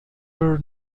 were